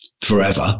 forever